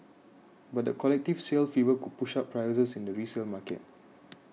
but the collective sale fever could push up prices in the resale market